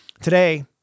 Today